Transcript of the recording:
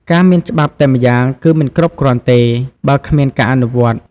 ការមានច្បាប់តែម្យ៉ាងគឺមិនគ្រប់គ្រាន់ទេ បើគ្មានការអនុវត្ត។